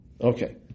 Okay